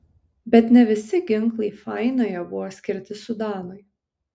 bet ne visi ginklai fainoje buvo skirti sudanui